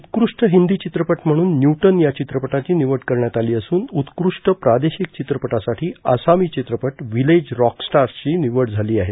उत्कृष्ट हिंदी चित्रपट म्हणुन न्युटन या चित्रपटाची निवड करण्यात आली असून उत्कृष्ट प्रादेशिक चित्रपटासाठी आसामी चित्रपट विलेज रॉकस्टार्सची निवड झाली आहे